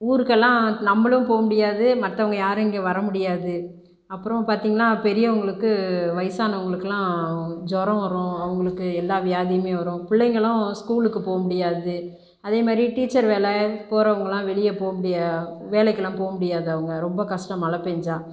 ஊருக்கெல்லாம் நம்மளும் போக முடியாது மற்றவங்க யாரும் இங்கே வர முடியாது அப்புறம் பார்த்தீங்ன்னா பெரியவங்களுக்கு வயசானவங்களுக்குல்லாம் ஜூரோம் வரு அவங்களுக்கு எல்லா வியாதியுமே வரும் பிள்ளைங்களும் ஸ்கூலுக்கு போக முடியாது அதே மாதிரி டீச்சர் வேலை போகிறவங்கெல்லாம் வெளியே போக முடியாது வேலைக்கெல்லாம் போக முடியாது அவங்க ரொம்ப கஷ்டம் மழை பெஞ்சால்